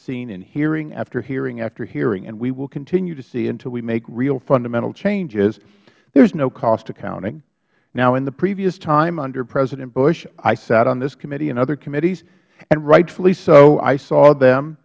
seen in hearing after hearing after hearing and we will continue to see until we make real fundamental change is there is no cost accounting now in the previous time under president bush i sat on this committee and other committees and rightfully so i saw them